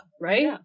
right